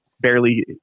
barely